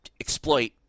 exploit